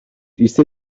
ise